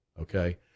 okay